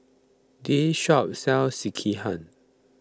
this shop sells Sekihan